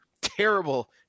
Terrible